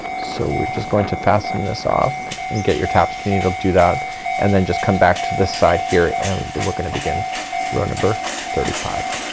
so we're just going to fasten this off and get your tapestry needle, do that and then just come back to this side here and we're gonna begin row number thirty five.